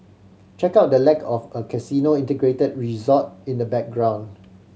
check out the lack of a casino integrated resort in the background